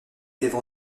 étaient